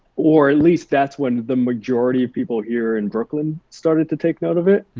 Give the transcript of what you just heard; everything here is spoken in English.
or at least that's when the majority of people here in brooklyn started to take note of it.